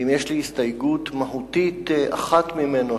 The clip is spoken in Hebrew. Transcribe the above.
ואם יש לי הסתייגות מהותית אחת ממנו,